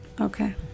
Okay